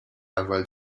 اول